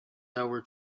hour